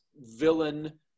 villain